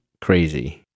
crazy